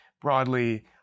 broadly